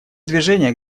движение